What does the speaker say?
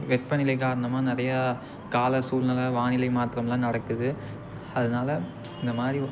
வெப்பநிலை காரணமாக நிறையா கால சூழ்நில வானிலை மாற்றம்லாம் நடக்குது அதனால இந்த மாதிரி